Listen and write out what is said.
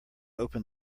open